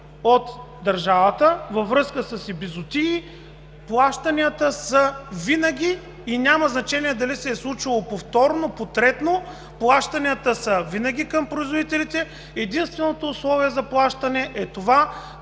от държавата във връзка с епизоотии и няма значение дали се е случило повторно, потретно – плащанията са винаги към производителите. Единственото условие за плащане е това